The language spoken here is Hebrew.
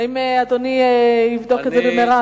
האם אדוני יבדוק את זה במהרה?